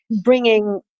bringing